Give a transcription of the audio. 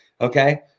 Okay